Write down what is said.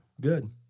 Good